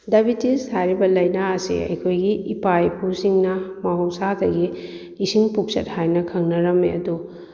diabetes ꯍꯥꯏꯔꯤꯕ ꯂꯥꯏꯅꯥ ꯑꯁꯤ ꯑꯩꯈꯣꯏꯒꯤ ꯏꯄꯥ ꯏꯄꯨꯁꯤꯡꯅ ꯃꯍꯧꯁꯥꯗꯒꯤ ꯏꯁꯤꯡ ꯄꯨꯛꯆꯠ ꯍꯥꯏꯅ ꯈꯪꯅꯔꯝꯃꯦ ꯑꯗꯣ